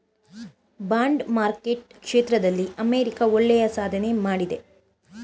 bond market ಕ್ಷೇತ್ರದಲ್ಲಿ America ಒಳ್ಳೆಯ ಸಾಧನೆ ಮಾಡಿದೆ